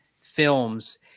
films